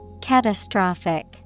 Catastrophic